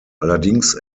allerdings